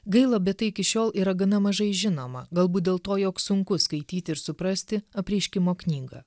gaila bet tai iki šiol yra gana mažai žinoma galbūt dėl to jog sunku skaityti ir suprasti apreiškimo knygą